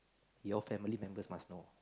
your family members must know